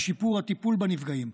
בשיפור הטיפול בנפגעים,